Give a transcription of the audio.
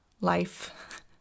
life